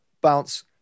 bounce